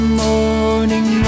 morning